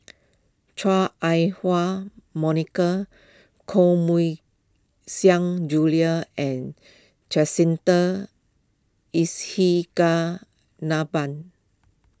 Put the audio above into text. Chua Ah Hua Monica Koh Mui Xiang Julie and Jacintha